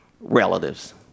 relatives